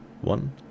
one